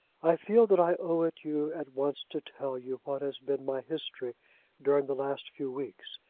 i feel that i owe it you at once to tell you what has been my history during the last few weeks.